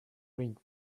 ring